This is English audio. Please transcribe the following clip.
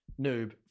noob